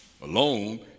alone